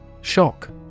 Shock